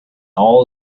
all